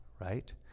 right